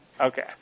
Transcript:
Okay